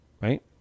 right